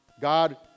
God